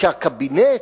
כשהקבינט